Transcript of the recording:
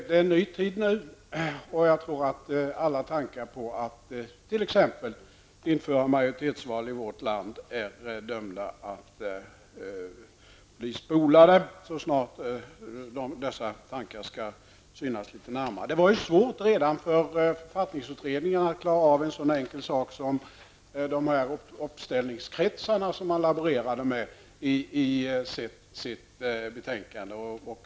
Det är en ny tid nu, och jag tror att alla tankar på att t.ex. införa majoritetsval i vårt land är dömda att bli spolade så snart dessa tankar skall synas litet närmare. Det var svårt redan för författningsutredningen att klara en sådan enkel sak som de uppställningskretsar som man laborerade med i sitt betänkande.